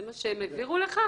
זה מה שהם העבירו לך?